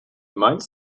meinst